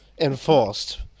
enforced